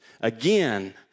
again